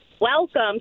welcome